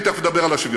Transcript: תכף נדבר על השוויון.